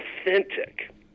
authentic